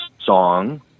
song